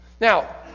Now